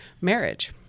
marriage